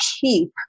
keep